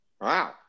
Wow